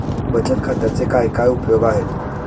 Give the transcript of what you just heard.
बचत खात्याचे काय काय उपयोग आहेत?